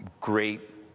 great